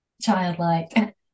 childlike